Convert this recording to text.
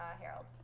Harold